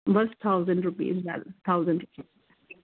bus thousand rupees madam thousand rupees